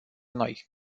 noi